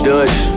Dutch